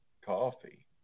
coffee